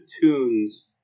tunes